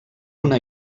una